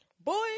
Boy